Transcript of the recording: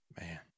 man